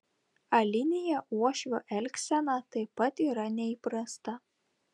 alinėje uošvio elgsena taip pat yra neįprasta